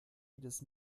jedes